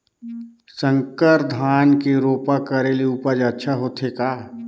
संकर धान के रोपा करे ले उपज अच्छा होथे का?